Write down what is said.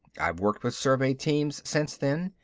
i've worked with survey teams since then,